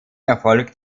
erfolgt